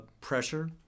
pressure